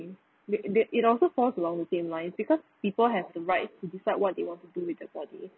they they it also falls along the same line because people have the right to decide what they want to do with their body